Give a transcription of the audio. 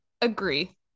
Agree